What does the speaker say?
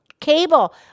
cable